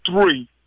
three